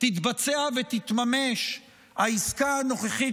תתבצע ותתממש העסקה הנוכחית,